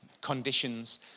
conditions